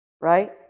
Right